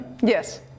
Yes